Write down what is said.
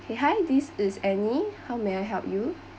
okay hi this is anny how may I help you